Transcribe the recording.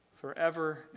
forever